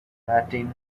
latin